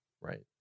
right